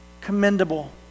commendable